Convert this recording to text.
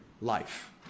life